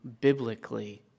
biblically